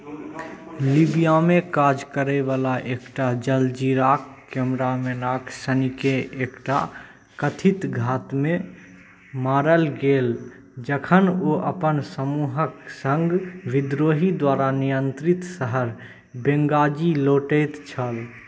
लीबियामे काज करयवला एकटा अल जजीराके कैमरा मैन शनिके एकटा कथित घातमे मारल गेल जखन ओ अपन समूहके सङ्ग विद्रोही द्वारा नियन्त्रित शहर बेङ्गाजी लौटैत छल